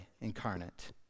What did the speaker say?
incarnate